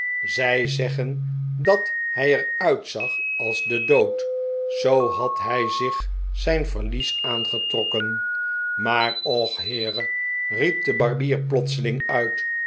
zij zeggen dat hij er uitzag als de dood zoo had hij zich zijn verlies aangetrokken maar och heere riep de barbier plotseling uit